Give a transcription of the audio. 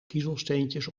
kiezelsteentjes